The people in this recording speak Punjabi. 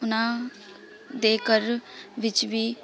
ਉਨ੍ਹਾਂ ਦੇ ਘਰ ਵਿੱਚ ਵੀ